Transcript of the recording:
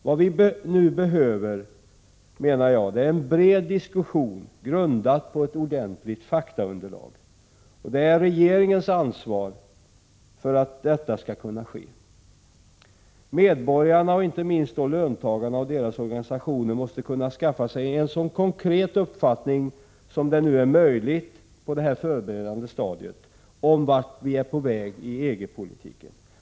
Vad vi nu behöver är en bred diskussion grundad på ett ordentligt faktaunderlag. Och det är regeringens ansvar att detta skall kunna genomföras. Medborgarna och inte minst löntagarna och deras organisationer måste kunna skaffa sig en så konkret uppfattning som det är möjligt på detta förberedande stadium om vart vi är på väg i EG-politiken.